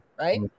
right